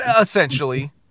Essentially